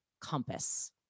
compass